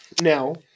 Now